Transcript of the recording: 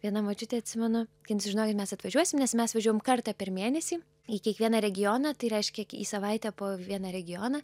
viena močiutė atsimenu kai jinai sužinojo kad mes atvažiuosim nes mes važiajam kartą per mėnesį į kiekvieną regioną tai reiškia į savaitę po vieną regioną